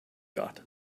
got